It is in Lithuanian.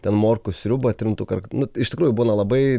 ten morkų sriubą trintuką nu iš tikrųjų būna labai